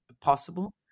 possible